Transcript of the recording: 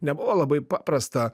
nebuvo labai paprasta